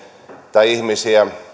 tai ihmisiä